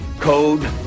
code